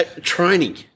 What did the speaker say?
Training